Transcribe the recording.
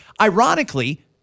Ironically